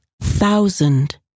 thousand